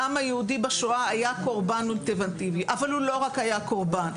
העם היהודי בשואה היה קורבן אבל הוא לא רק היה קורבן.